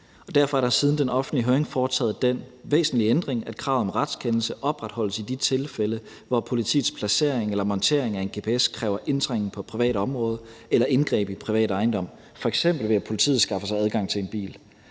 Derfor er der siden den offentlige høring foretaget den væsentlige ændring, at kravet om retskendelse opretholdes i de tilfælde, hvor politiets placering eller montering af en gps kræver indtrængen på privat område eller indgreb i privat ejendom, f.eks. ved at politiet skaffer sig adgang til en bil.